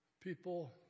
people